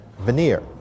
veneer